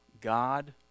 God